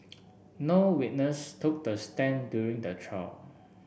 no witness took the stand during the trial